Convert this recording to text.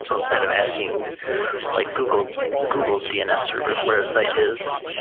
so instead of asking like google's google's dns servers where a site is,